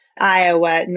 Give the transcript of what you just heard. Iowa